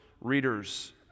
readers